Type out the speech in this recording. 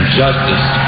justice